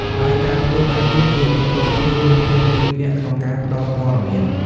ហើយការធ្វើបែបនេះ ជួយឲ្យជនរងគ្រោះមានភាពជឿជាក់ក្នុងការផ្ដល់ព័ត៌មាន។